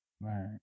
Right